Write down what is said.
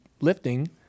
lifting